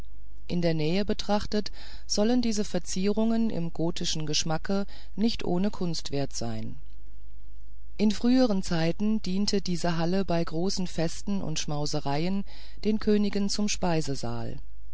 in der nähe betrachtet sollen diese verzierungen im gotischen geschmacke nicht ohne kunstwert sein in früheren zeiten diente diese halle bei großen festen und schmausereien den königen zum speisesaal